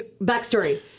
backstory